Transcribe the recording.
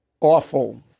awful